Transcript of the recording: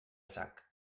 sac